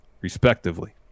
respectively